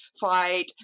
fight